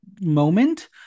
moment